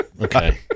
Okay